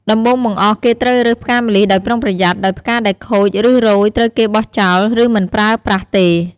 ដំបូងបង្អស់ គេត្រូវរើសផ្កាម្លិះដោយប្រុងប្រយ័ត្ន ដោយផ្កាដែលខូច ឬរោយត្រូវគេបោះចោល ឬមិនប្រើប្រាស់ទេ។